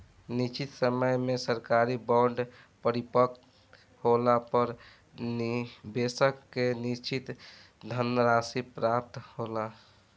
निशचित समय में सरकारी बॉन्ड परिपक्व होला पर निबेसक के निसचित धनराशि प्राप्त होला